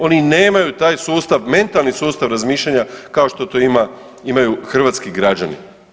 Oni nemaju taj sustav, mentalni sustav razmišljanja kao što to imaju hrvatski građani.